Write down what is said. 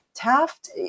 Taft